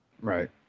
Right